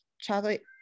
chocolate –